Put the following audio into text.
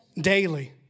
Daily